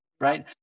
right